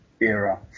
era